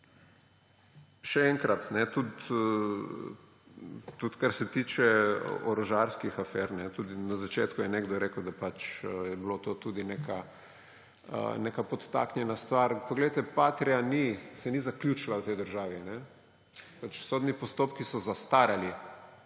Še enkrat, tudi kar se tiče orožarskih afer, tudi na začetku je nekdo rekel, da je bila pač to tudi neka podtaknjena stvar. Poglejte, Patria ni, se ni zaključila v tej državi. Sodni postopki so zastarali,